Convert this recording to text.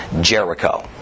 Jericho